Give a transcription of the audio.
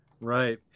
Right